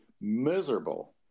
Miserable